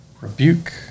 Rebuke